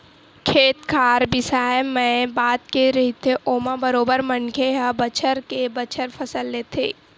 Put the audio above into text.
खेत खार बिसाए मए बात के रहिथे ओमा बरोबर मनखे ह बछर के बछर फसल लेथे